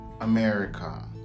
America